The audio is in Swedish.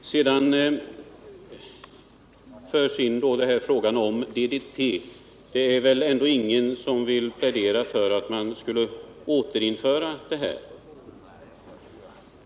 Bertil Jonasson tog upp frågan om DDT. Det är väl ändå ingen som vill plädera för att återinföra DDT?